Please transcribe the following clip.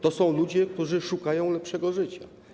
To są ludzie, którzy szukają lepszego życia.